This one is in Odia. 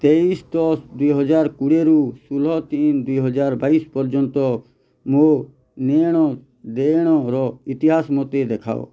ତେଇଶି ଦଶ ଦୁଇହଜାର କୋଡ଼ିଏରୁ ଷୋହଳ ତିନ ଦୁଇହଜାର ବାଇଶି ପର୍ଯ୍ୟନ୍ତ ମୋ ନେଣ ଦେଣର ଇତିହାସ ମୋତେ ଦେଖାଅ